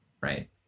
right